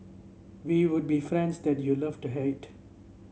we would be friends that you love to hate